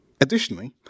Additionally